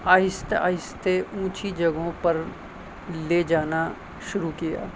آہستے آہستے اونچی جگہوں پر لے جانا شروع کیا